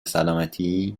سالمتی